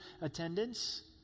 attendance